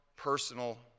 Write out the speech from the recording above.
Personal